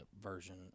version